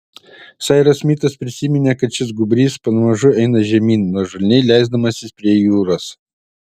sairas smitas prisiminė kad šis gūbrys pamažu eina žemyn nuožulniai leisdamasis prie jūros